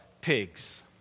pigs